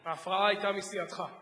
ההפרעה היתה מסיעתך.